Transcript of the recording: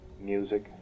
music